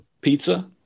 pizza